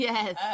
Yes